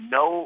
no